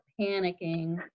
panicking